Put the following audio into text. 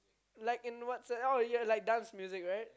like in what's the oh ya like dance music right